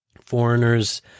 foreigners